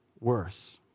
worse